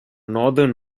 northern